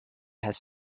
has